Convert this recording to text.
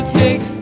take